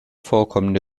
vorkommende